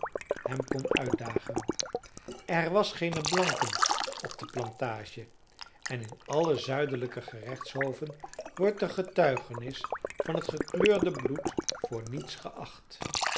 hem kon uitdagen er was geen blanke op de plantage en in alle zuidelijke gerechtshoven wordt de getuigenis van het gekleurde bloed voor niets geacht